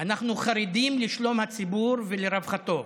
אנחנו חרדים לשלום הציבור ולרווחתו.